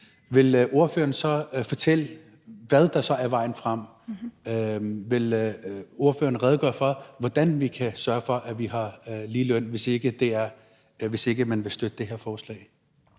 vil ordføreren så fortælle, hvad der så er vejen frem, og vil ordføreren redegøre for, hvordan vi kan sørge for, at vi får ligeløn, hvis ikke man vil støtte det her forslag?